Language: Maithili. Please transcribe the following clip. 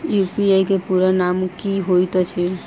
यु.पी.आई केँ पूरा नाम की होइत अछि?